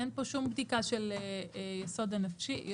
אין פה שום בדיקה של יסוד נפשי.